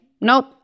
nope